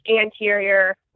anterior